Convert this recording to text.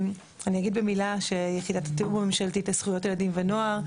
אני אגיד במילה שיחידת התיאום הממשלתית לזכויות הילדים ונוער,